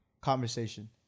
conversation